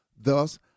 Thus